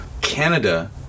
Canada